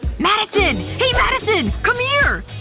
madison! hey madison! come here!